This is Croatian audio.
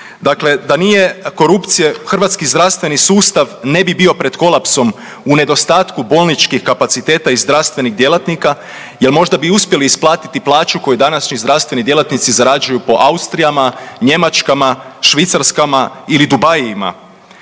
dakle da nije korupcije hrvatski zdravstveni sustav ne bi bio pred kolapsom u nedostatku bolničkih kapaciteta i zdravstvenih djelatnika, jer možda bi uspjeli isplatiti plaću koju današnji zdravstveni djelatnici zarađuju po Austrijama, Njemačkama, Švicarskama ili Dubaiima.